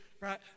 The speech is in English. right